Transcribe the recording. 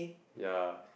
ya